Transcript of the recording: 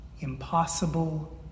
impossible